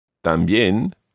También